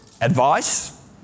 Advice